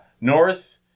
North